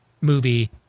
movie